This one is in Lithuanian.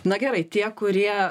na gerai tie kurie